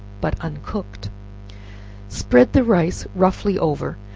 but uncooked spread the rice roughly over,